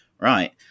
right